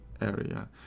area